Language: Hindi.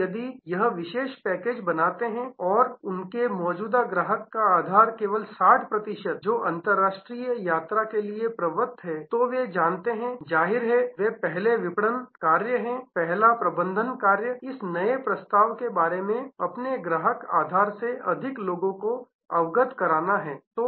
अब यदि यह विशेष पैकेज बनाते हैं और उनके मौजूदा ग्राहक आधार का केवल 60 प्रतिशत जो अंतरराष्ट्रीय यात्रा के लिए प्रवृत्त हैं तो वे जानते हैं जाहिर है वे पहले विपणन कार्य हैं पहला प्रबंधन कार्य इस नए प्रस्ताव के बारे में अपने ग्राहक आधार से अधिक लोगों को अवगत कराना है